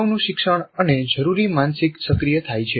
અગાઉનું શિક્ષણ અને જરૂરી માનસિક સક્રિય થાય છે